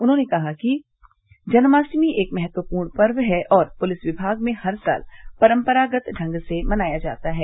उन्होने कहा कि जन्माष्टमी एक महत्वपूर्ण पर्व है और पुलिस विमाग में हर साल परम्परागत ढंग से मनाया जाता है